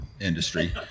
industry